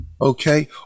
Okay